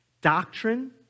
Doctrine